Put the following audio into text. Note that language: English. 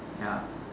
ya